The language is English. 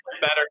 better